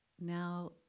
Now